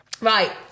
Right